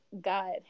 God